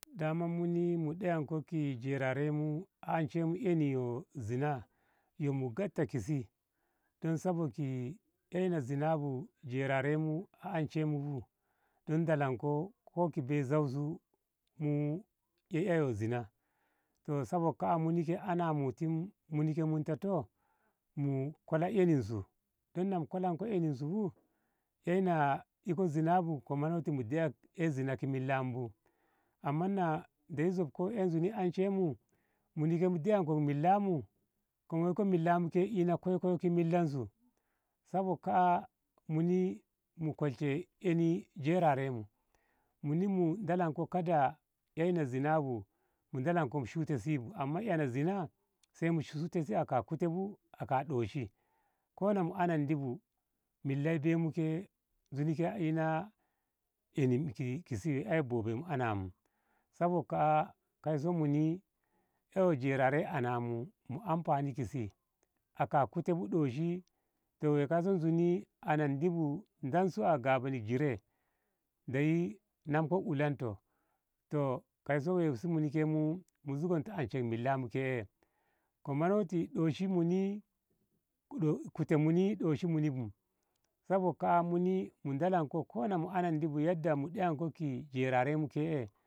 Dama muni mu ɗeyanko ki jerarenmu a anshenmu eni yo zinah yo mo gatta si don sabok ei na zinah bu jerarenmu a anshe mu don dolanko ko ki bei zau su mu ei e zinah toh sabok ka. a muni ke ananko mu ti muni ke munta toh mu kola enin su don na mu kolan ko zunu bu ei na iko zinzh bu mu dei e zinah a millamu bu amma na ndeyi sobko ei zunu anshenmu muni ke mu deƙanko millamu ke a ina koikoyo ki millansu sabok ka. a muni mu kolshe eni jerarenmu muni mu dolanko kada ei na zinah bu mu shute si bu amma ana zinah sai mu shute si aka kute bu ɓoshi ko na mu anandibu millai bei mu ke zuni ke a ina enik ki si eiyo bobenmu anamu sabok ka. a muni ei jerare anamu mu anfani ki si aka kute bu ɗoshi toh woi kaiso zuni andibu dansu a gabanin jire ndeyi namko ulanto toh kaiso muni ke mu zugonto ta anshe millamu ke e ka manoti kute muni ɗoshi muni bu sabok ka. amuni mu dalanko ko mu andi bu yadda mu ɗeyanko ki jerarenmu ke. e.